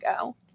go